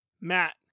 matt